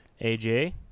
AJ